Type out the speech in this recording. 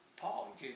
Paul